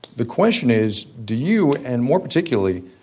the question is, do you, and more particularly,